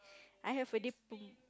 I have a